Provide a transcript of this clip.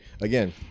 again